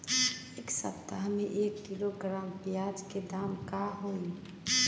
एक सप्ताह में एक किलोग्राम प्याज के दाम का होई?